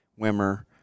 Wimmer